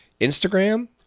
Instagram